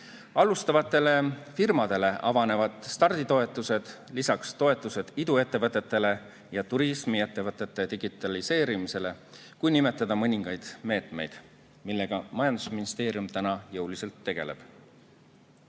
Alustavatele firmadele avanevad starditoetused, lisaks toetused iduettevõtetele ja turismiettevõtete digitaliseerimisele, kui nimetada mõningaid meetmeid, millega majandusministeerium täna jõuliselt tegeleb. Esimene